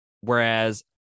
whereas